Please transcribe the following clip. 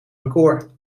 record